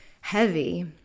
heavy